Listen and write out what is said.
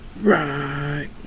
right